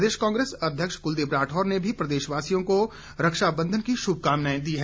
प्रदेश कांग्रेस अध्यक्ष कुलदीप राठौर ने भी प्रदेशवासियों को रक्षाबंधन की शुभकामनाएं दी है